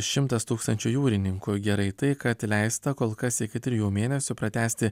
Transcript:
šimtas tūkstančių jūrininkų gerai tai kad leista kol kas iki trijų mėnesių pratęsti